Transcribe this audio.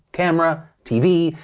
camera, tv.